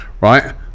right